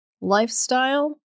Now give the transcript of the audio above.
lifestyle